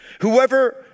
Whoever